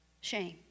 shame